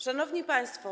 Szanowni Państwo!